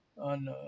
on